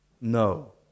No